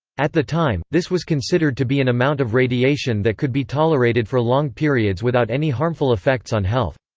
at the time, this was considered to be an amount of radiation that could be tolerated for long periods without any harmful effects on health.